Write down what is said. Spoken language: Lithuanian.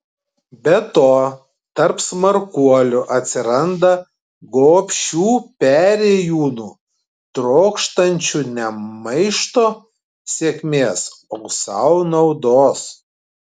be to tarp smarkuolių atsiranda gobšių perėjūnų trokštančių ne maišto sėkmės o sau naudos